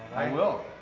i will.